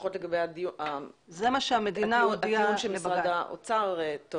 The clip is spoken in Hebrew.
זה הטיעון של משרד האוצר.